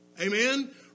Amen